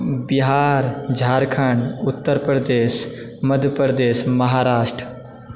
Bihar Jharkhand Uttar Pradesh Madhya Pradesh Maharashtra